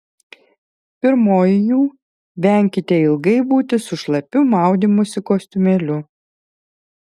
pirmoji jų venkite ilgai būti su šlapiu maudymosi kostiumėliu